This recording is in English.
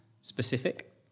specific